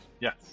Yes